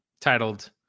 titled